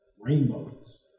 rainbows